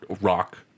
rock –